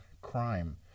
crime